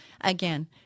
Again